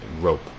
rope